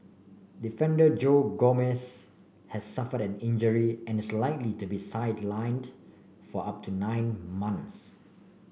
defender Joe Gomez has suffered an injury and is likely to be sidelined for up to nine months